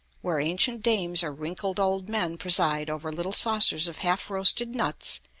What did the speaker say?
where ancient dames or wrinkled old men preside over little saucers of half-roasted nuts,